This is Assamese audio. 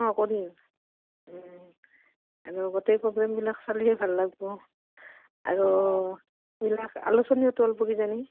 আৰু গোটেই প্ৰগ্ৰেমবিলাক চালেহে ভাল লাগব আৰু এইবিলাক